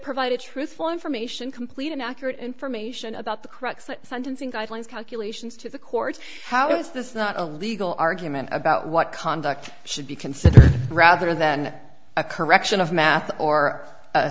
provided truthful information complete and accurate information about the crux sentencing guidelines calculations to the courts how is this not a legal argument about what conduct should be considered rather than a correction of math or